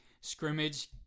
scrimmage